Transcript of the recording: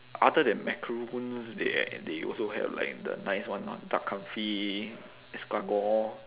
other than macaroons they they also have like the nice one lah duck confit escargot